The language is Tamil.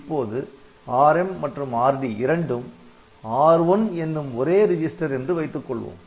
இப்போது Rm மற்றும் Rd இரண்டும் R1 என்னும் ஒரே ரிஜிஸ்டர் என்று வைத்துக்கொள்வோம்